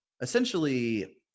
essentially